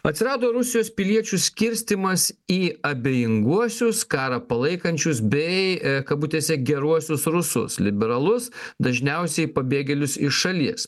atsirado rusijos piliečių skirstymas į abejinguosius karą palaikančius bei kabutėse geruosius rusus liberalus dažniausiai pabėgėlius iš šalies